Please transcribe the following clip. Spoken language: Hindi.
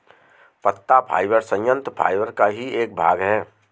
पत्ता फाइबर संयंत्र फाइबर का ही एक भाग है